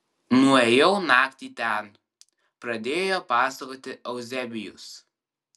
nuėjau naktį ten pradėjo pasakoti euzebijus